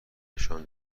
نشان